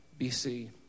BC